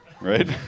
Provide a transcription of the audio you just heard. right